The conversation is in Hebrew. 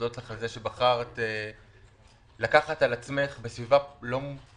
להודות לך על כך שבחרת לקחת על עצמך בסביבה לא פשוטה